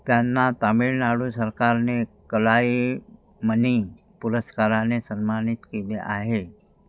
त्यांना तामीळनाडू सरकारने कलाई मनी पुरस्काराने सन्मानित केले आहे